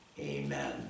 Amen